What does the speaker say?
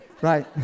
right